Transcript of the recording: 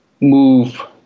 move